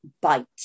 bite